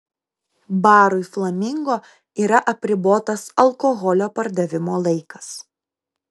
barui flamingo yra apribotas alkoholio pardavimo laikas